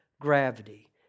gravity